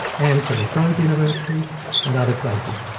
and to la trobe university and other places.